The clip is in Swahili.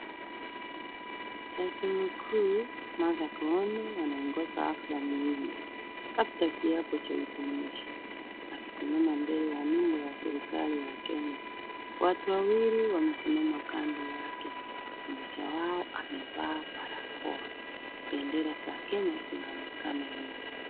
Jaji mkuu Martha Koome ameongoza hafla muhimu labda kiapo cha utumishi. Akisimama mbele ya nembo ya serikali ya Kenya. Watu wawili wamesimama kando yake. Mmoja wao amevaa barakoa. Bendera za Kenya zinaonekana nyuma.